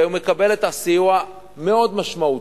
והוא מקבל את הסיוע, מאוד משמעותי.